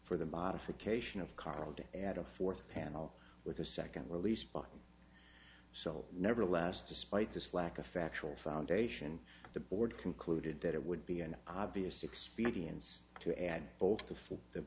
for the modification of card to add a fourth panel with a second release button so nevertheless despite this lack of factual foundation the board concluded that it would be an obvious expedience to add both